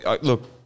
look